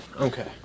Okay